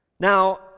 Now